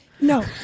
no